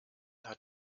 hat